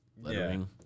lettering